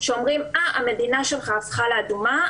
שאומרים לאותו אדם שבגלל שהמדינה ממנה הוא מגיע הפכה לאדומה,